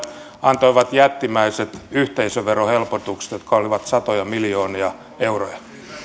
antoivat jättimäiset yhteisöverohelpotukset jotka olivat satoja miljoonia euroja